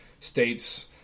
states